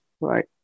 right